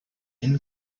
inn